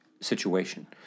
situation